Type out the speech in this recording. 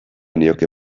nioke